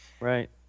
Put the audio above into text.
Right